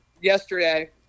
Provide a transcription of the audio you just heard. yesterday